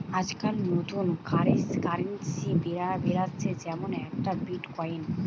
আজকাল নতুন কারেন্সি বেরাচ্ছে যেমন একটা বিটকয়েন